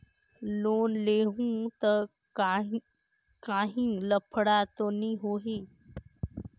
Loan लेहूं ता काहीं लफड़ा तो नी होहि?